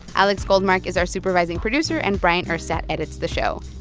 alex goldmark is our supervising producer, and bryant urstadt edits the show